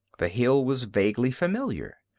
the hill was vaguely familiar.